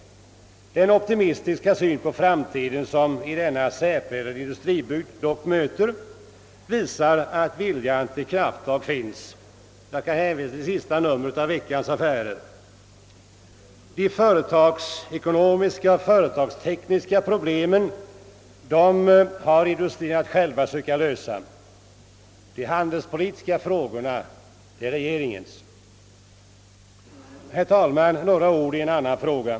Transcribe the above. Den optimistiska syn på framtiden som möter i denna utpräglade industribygd visar dock att viljan till krafttag finns. De företagstekniska problemen får industrierna själva söka lösa. De handelspolitiska frågorna är regeringens. Herr talman! Jag vill säga några ord även i en annan fråga.